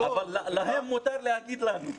להם מותר להגיד לנו.